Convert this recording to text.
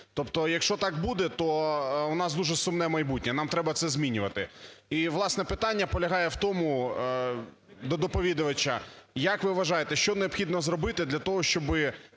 Тобто якщо так буде, то у нас дуже сумне майбутнє, нам треба це змінювати. І, власне, питання полягає в тому до доповідача, як ви вважаєте, що необхідно зробити для того, щоби